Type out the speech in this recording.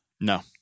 No